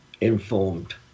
informed